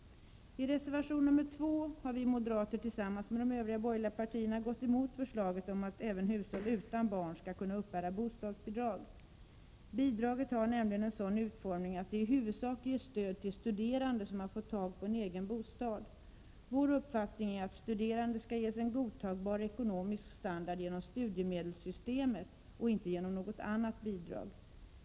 I reservation 2 har vi moderater, tillsammans med de övriga borgerliga partierna, gått emot förslaget om att även hushåll utan barn skall kunna uppbära bostadsbidrag. Bidraget har nämligen en sådan utformning att det i uppfattning är att studerande skall ges en godtagbar ekonomisk standard genom studiemedelssystemet och inte genom något annat bidrag.